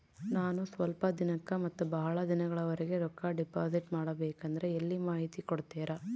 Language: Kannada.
ನಾನು ಸ್ವಲ್ಪ ದಿನಕ್ಕ ಮತ್ತ ಬಹಳ ದಿನಗಳವರೆಗೆ ರೊಕ್ಕ ಡಿಪಾಸಿಟ್ ಮಾಡಬೇಕಂದ್ರ ಎಲ್ಲಿ ಮಾಹಿತಿ ಕೊಡ್ತೇರಾ?